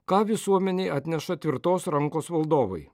ką visuomenei atneša tvirtos rankos valdovai